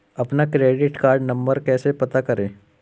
अपना credit card number कैसे पता करें?